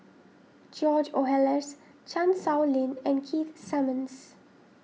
George Oehlers Chan Sow Lin and Keith Simmons